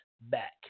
back